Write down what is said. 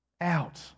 Out